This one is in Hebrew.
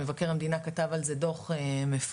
מבקר המדינה כתב על זה דוח מפורט.